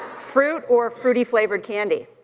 fruit or fruity flavored candy?